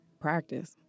practice